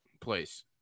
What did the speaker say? place